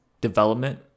development